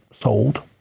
sold